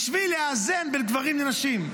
בשביל לאזן בין גברים לנשים.